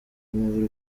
umubiri